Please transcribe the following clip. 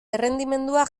errendimendua